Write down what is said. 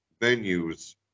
venues